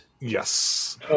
Yes